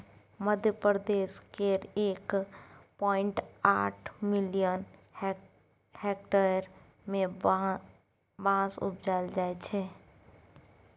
मध्यप्रदेश केर एक पॉइंट आठ मिलियन हेक्टेयर मे बाँस उपजाएल जाइ छै